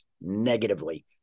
negatively